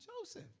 Joseph